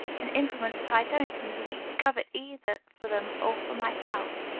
an influence that i don't in the least covet either for them or for myself.